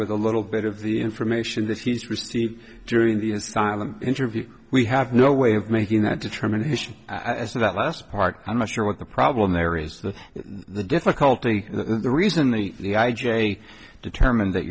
with a little bit of the information that he's received during the asylum interview we have no way of making that determination as to that last part i'm not sure what the problem there is that the difficulty the reason the the i j a determine that